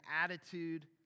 attitude